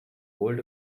old